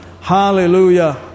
Hallelujah